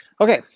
Okay